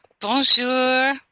Bonjour